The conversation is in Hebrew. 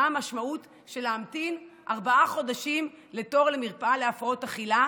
מה המשמעות של להמתין ארבעה חודשים לתור למרפאה להפרעות אכילה